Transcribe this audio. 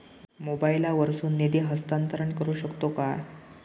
मोबाईला वर्सून निधी हस्तांतरण करू शकतो काय?